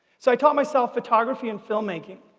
so i taught myself photography and film making,